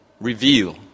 reveal